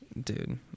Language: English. dude